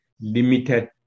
limited